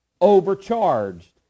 overcharged